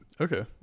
Okay